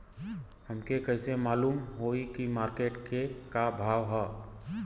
हमके कइसे मालूम होई की मार्केट के का भाव ह?